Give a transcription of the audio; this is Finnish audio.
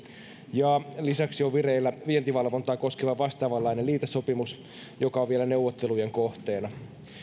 ja lisäksi on vireillä vientivalvontaa koskeva vastaavanlainen liitesopimus joka on vielä neuvottelujen kohteena